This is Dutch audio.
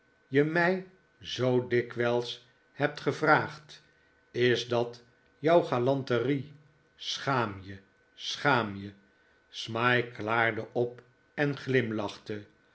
je mij zoo dikwijls hebt gevraagd is dat jouw galanterie schaam je schaam je smike klaarde op en glimlachte